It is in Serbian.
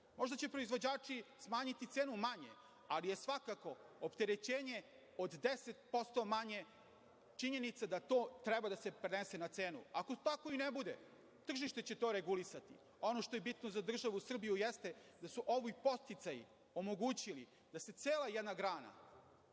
Možda će proizvođači smanjiti cenu manje, ali je svakako opterećenje od 10% manje činjenica da to treba da se prenese na cenu. Ako tako i ne bude, tržište će to regulisati. Ono što je bitno za državu Srbiju, jeste da su ovi podsticaji omogućili da se cela jedna grana,